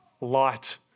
light